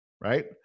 right